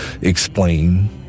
explain